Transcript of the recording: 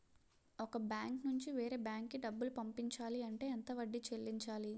ఒక బ్యాంక్ నుంచి వేరే బ్యాంక్ కి డబ్బులు పంపించాలి అంటే ఎంత వడ్డీ చెల్లించాలి?